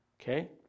Okay